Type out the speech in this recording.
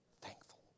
Thankful